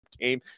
game